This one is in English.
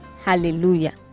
Hallelujah